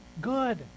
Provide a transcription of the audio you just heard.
good